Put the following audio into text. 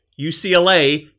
UCLA